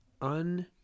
un-